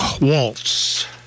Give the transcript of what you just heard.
Waltz